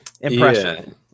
impression